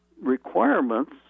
requirements